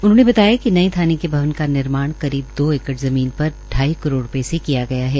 उन्होंने बताया कि नए थाने के भवन का निर्माण करीब दो एकड़ पर ढाई करोड़ रूपये से किया गया है